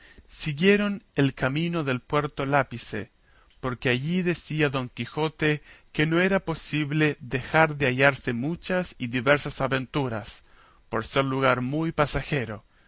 siguieron el camino del puerto lápice porque allí decía don quijote que no era posible dejar de hallarse muchas y diversas aventuras por ser lugar muy pasajero